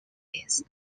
its